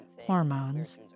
hormones